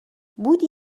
بودی